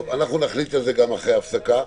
נחליט גם על זה אחרי ההפסקה.